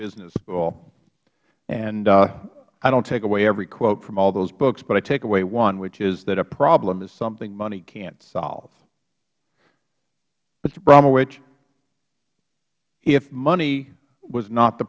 business school and i don't take away every quote from all of those books but i take away one which is that a problem is something money can't solve mr hbromwich if money was not the